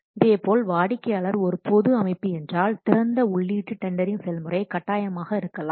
இதேபோல் வாடிக்கையாளர் ஒரு பொது அமைப்பு என்றால் திறந்த உள்ளீட்டு டெண்டரிங் செயல்முறை கட்டாயமாக இருக்கலாம்